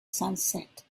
sunset